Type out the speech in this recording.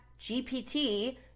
GPT